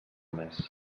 més